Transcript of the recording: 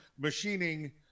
Machining